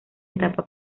etapa